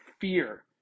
fear